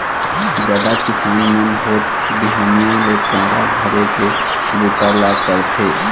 जादा किसान मन होत बिहनिया ले पैरा धरे के बूता ल करथे